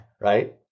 right